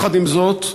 יחד עם זאת,